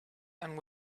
and